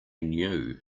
knew